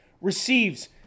receives